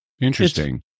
Interesting